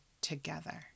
together